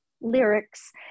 lyrics